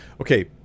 okay